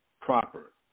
proper